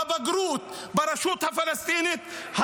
בבגרות ברשות הפלסטינית,